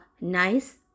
nice